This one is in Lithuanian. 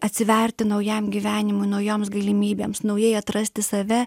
atsiverti naujam gyvenimui naujoms galimybėms naujai atrasti save